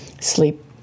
sleep